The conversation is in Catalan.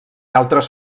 altres